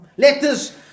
Letters